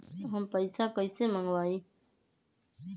हम पैसा कईसे मंगवाई?